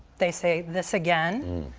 they say, this again.